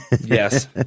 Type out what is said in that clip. Yes